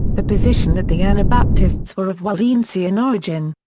the position that the anabaptists were of waldensian origin.